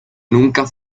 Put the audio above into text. nunca